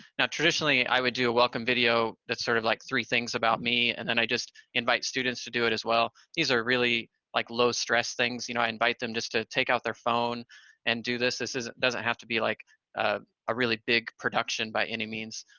now, traditionally i would do a welcome video that's sort of like three things about me, and then i just invite students to do it as well. these are really like low stress things. you know, i invite them just to take out their phone and do this. this isn't doesn't have to be like a really big production by any means,